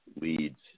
leads